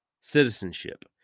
citizenship